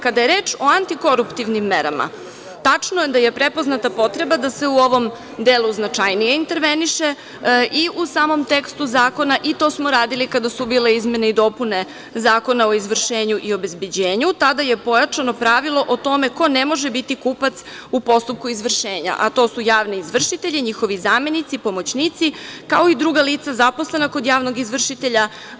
Kada je reč o antikoruptivnim merama, tačno je da je prepoznata potreba da se u ovom delu značajnije interveniše, i u samom tekstu zakona, i to smo radili kada su bile izmene i dopune Zakona o izvršenju i obezbeđenju, kada je pojačano pravilo o tome ko ne može biti kupac u postupku izvršenja - javni izvršitelji, njihovi zamenici, pomoćnici, kao i druga lica zaposlena kod javnog izvršitelja.